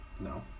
No